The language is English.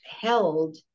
held